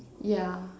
yeah